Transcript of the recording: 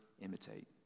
imitate